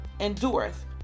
endureth